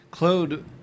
Claude